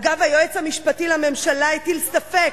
אגב, היועץ המשפטי לממשלה הטיל ספק,